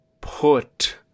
put